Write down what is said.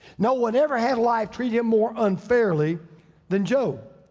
no one ever had life treat him more unfairly than job.